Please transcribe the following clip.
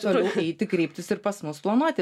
toliau eiti kreiptis ir pas mus planuoti